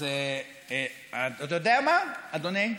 אתה יודע מה, אדוני?